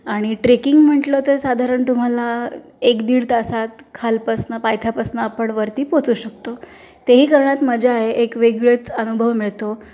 आणि ट्रेकिंग म्हटलं तर साधारण तुम्हाला एक दीड तासात खालपासून पायथ्यापासून आपण वरती पोचू शकतो तेही करण्यात मजा आहे एक वेगळेच अनुभव मिळतो